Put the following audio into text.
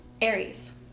Aries